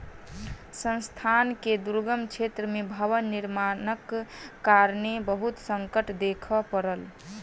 संस्थान के दुर्गम क्षेत्र में भवन निर्माणक कारणेँ बहुत संकट देखअ पड़ल